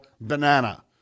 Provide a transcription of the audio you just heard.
banana